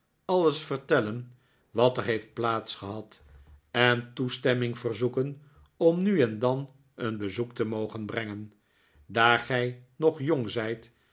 alles vertellen wat er heeft plaats gehad en toestemming verzoeken om nu en dan een bezoek te mogen brengen daar gij nog jong zijt